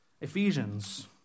Ephesians